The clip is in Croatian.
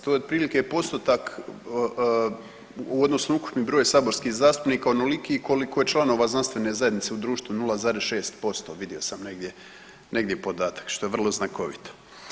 To je otprilike postotak u odnosu na ukupni broj saborskih zastupnika onoliki koliko je članova znanstvene zajednice u društvu 0,6% vidio sam negdje podatak što je vrlo znakovito.